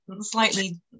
slightly